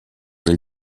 nel